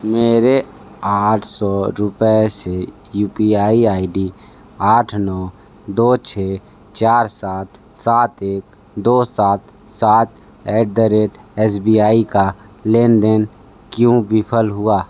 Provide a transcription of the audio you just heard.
मेरे आठ सौ रुपये से U P I I D आठ नौ दो छः चार सात सात एक दो सात सात at the rate S B I का लेन देन क्यों विफल हुआ